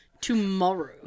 Tomorrow